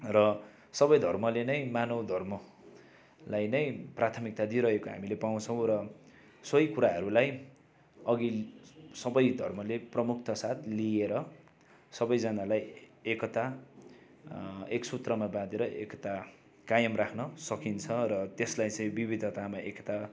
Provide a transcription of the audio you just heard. र सबै धर्मले नै मानव धर्मलाई नै प्राथमिकता दिइरहेको हामीले पाउँछौँ र सोही कुराहरूलाई अघि सबै धर्मले प्रमुखताका साथ लिएर सबैजनालाई एकता एक सूत्रमा बाँधेर एकता कायम राख्न सकिन्छ र त्यसलाई चाहिँ विविधतामा एकता